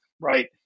right